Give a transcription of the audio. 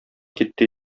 китте